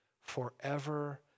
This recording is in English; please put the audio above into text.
forever